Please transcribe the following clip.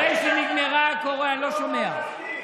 אחרי שנגמרה הקורונה, אני לא שומע.